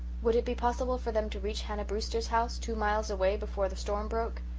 would it be possible for them to reach hannah brewster's house, two miles away, before the storm broke?